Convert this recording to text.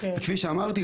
וכפי שאמרתי,